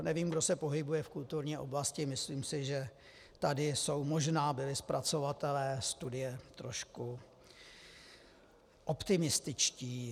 Nevím, kdo se pohybuje v kulturní oblasti, myslím si, že tady možná byli zpracovatelé studie trošku optimističtí.